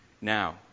Now